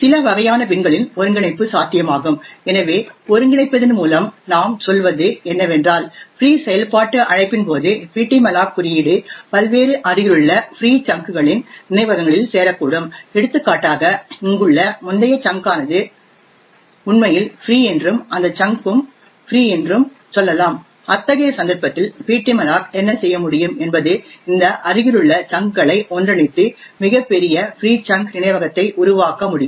சில வகையான பின்களின் ஒருங்கிணைப்பு சாத்தியமாகும் எனவே ஒருங்கிணைப்பதன் மூலம் நாம் சொல்வது என்னவென்றால் ஃப்ரீ செயல்பாட்டு அழைப்பின் போது ptmalloc குறியீடு பல்வேறு அருகிலுள்ள ஃப்ரீ சங்க்களின் நினைவகங்களில் சேரக்கூடும் எடுத்துக்காட்டாக இங்குள்ள முந்தைய சங்க் ஆனது உண்மையில் ஃப்ரீ என்றும் இந்த சங்க் உம் ஃப்ரீ என்றும் சொல்லலாம் அத்தகைய சந்தர்ப்பத்தில் ptmalloc என்ன செய்ய முடியும் என்பது இந்த அருகிலுள்ள சங்க்களை ஒன்றிணைத்து மிகப் பெரிய ஃப்ரீ சங்க் நினைவகத்தை உருவாக்க முடியும்